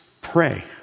pray